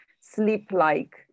sleep-like